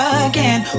again